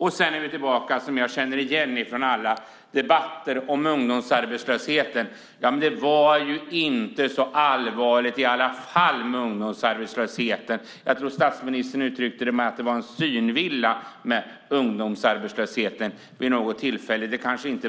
Vi är tillbaka i det tal som jag känner igen från alla debatter om ungdomsarbetslösheten: Ja, men det är ju inte så allvarligt med ungdomsarbetslösheten. Jag tror att statsministern vid något tillfälle uttryckt att ungdomsarbetslösheten är en synvilla. Det är kanske inte